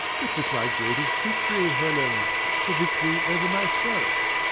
it was my greatest victory, helen the victory over myself.